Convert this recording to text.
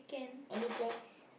any plans